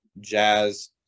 jazz